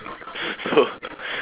so